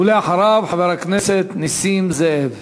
ואחריו, חבר הכנסת נסים זאב.